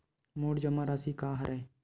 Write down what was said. मोर जमा राशि का हरय?